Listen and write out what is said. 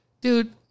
Dude